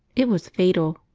it was fatal!